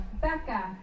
Becca